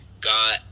Got